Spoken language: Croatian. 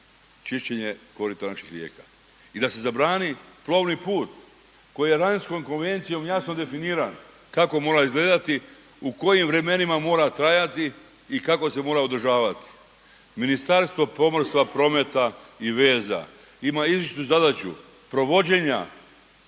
čišćenje korita naših rijeka i da se zabrani plovni put koji je lanjskom konvencijom jasno definiran kako mora izgledati, u kojim vremenima mora trajati i kako se mora održavati. Ministarstvo prometa, pomorstva i veza ima izričitu zadaću provođenja,